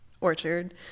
orchard